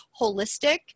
holistic